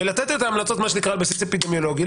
ולתת את ההמלצות על בסיס אפידמיולוגי,